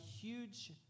huge